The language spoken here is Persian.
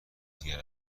دیگر